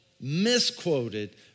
misquoted